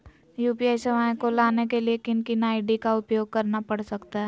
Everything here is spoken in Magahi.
यू.पी.आई सेवाएं को लाने के लिए किन किन आई.डी का उपयोग करना पड़ सकता है?